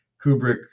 Kubrick